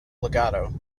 legato